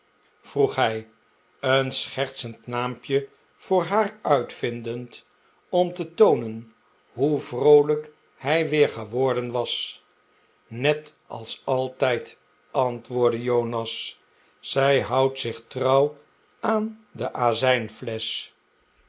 vroeg hij een schertsend naampje voor haar uitvindend om te toonen hoe vroolijk hij weer geworden was net als altijd antwoordde jonas zij houdt zich trouw aan de